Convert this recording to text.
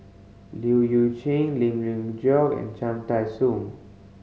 Leu Chye Lim Geok and Cham Tai Soon